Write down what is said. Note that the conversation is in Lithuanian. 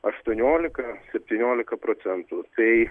aštuoniolika septyniolika procentų tai